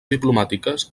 diplomàtiques